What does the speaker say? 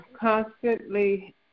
constantly